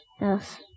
Yes